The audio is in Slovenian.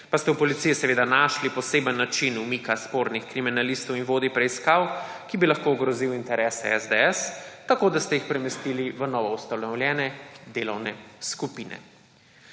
pa ste v policiji seveda našli poseben način umika spornih kriminalistov in vodij preiskav, ki bi lahko ogrozili interese SDS, tako, da ste jih premestili v novoustanovljene delovne skupine.